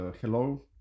hello